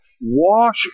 wash